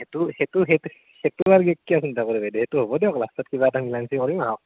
সেইটো সেইটো সেইটো আৰু কিয় চিন্তা কৰে বাইদেউ সেইটো হ'ব দিয়ক লাষ্টত কিবা এটা মিলা মিছা কৰিম আহক